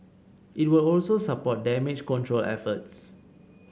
it will also support damage control efforts